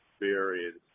experience